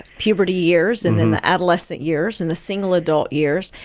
puberty years, and then the adolescent years, and the single adult years,